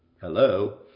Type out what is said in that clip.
hello